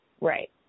Right